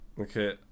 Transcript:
Okay